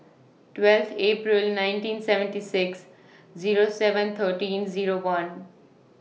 twelve April nineteen seventy six Zero seven thirteen Zero one